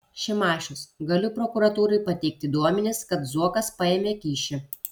šimašius galiu prokuratūrai pateikti duomenis kad zuokas paėmė kyšį